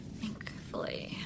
Thankfully